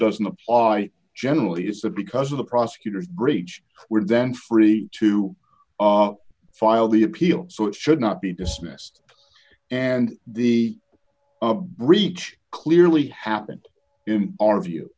doesn't apply generally is that because of the prosecutor's breach were then free to file the appeal so it should not be dismissed and the breach clearly happened in our view